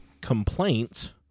complaints